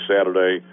Saturday